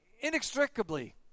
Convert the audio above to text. inextricably